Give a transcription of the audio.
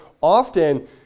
often